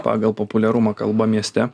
pagal populiarumą kalba mieste